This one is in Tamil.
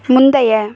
முந்தைய